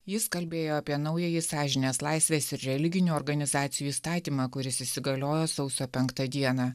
jis kalbėjo apie naująjį sąžinės laisvės ir religinių organizacijų įstatymą kuris įsigaliojo sausio penktą dieną